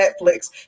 Netflix